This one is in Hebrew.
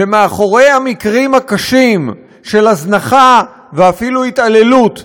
ומאחורי המקרים הקשים של הזנחה ואפילו התעללות בקשישים,